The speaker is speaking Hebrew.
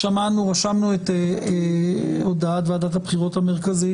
מאה אחוז.